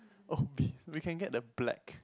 obese we can get the black